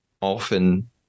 often